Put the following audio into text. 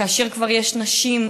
כאשר כבר יש נשים,